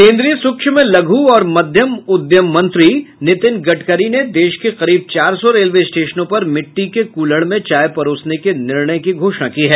केन्द्रीय सुक्ष्म लघु और मध्यम उद्यम मंत्री नितिन गडकरी ने देश के करीब चार सौ रेलवें स्टेशनों पर मिट्टी के क्ल्हड़ में चाय परोसने के निर्णय की घोषणा की है